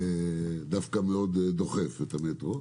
דווקא דוחף מאוד את המטרו,